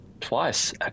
twice